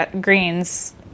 greens